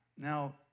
Now